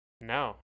No